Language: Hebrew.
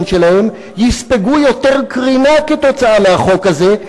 שלהם יספגו יותר קרינה בגלל החוק הזה,